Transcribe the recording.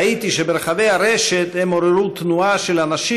ראיתי שברחבי הרשת הם עוררו תנועה של אנשים